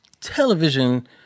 television